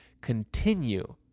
continue